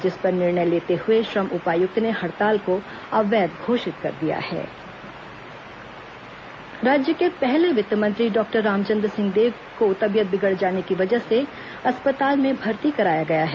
जिस पर निर्णय लेते हुए श्रम उपायुक्त ने हड़ताल को अवैध घोषित कर दिया के रामचंद्र सिंहदेव स्वास्थ्य राज्य के पहले वित्त मंत्री डॉक्टर रामचंद्र सिंहदेव को तबीयत बिगड़ जाने की वजह से अस्पताल में भर्ती कराया गया है